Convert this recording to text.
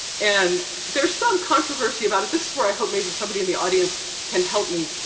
and there's some controversy about it. this is where i hope maybe somebody in the audience can help me.